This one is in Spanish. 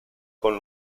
con